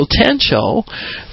potential